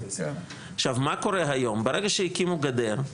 מה קורה היום, ברגע שהקימו גדר,